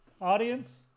Audience